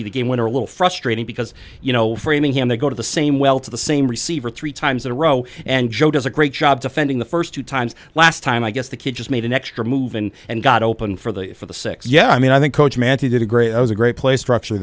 be the game winner a little frustrating because you know framingham they go to the same well to the same receiver three times in a row and joe does a great job defending the first two times last time i guess the kid just made an extra move in and got open for the for the six yeah i mean i think coach manti did a great it was a great place